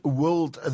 world